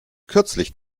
kürzlich